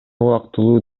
убактылуу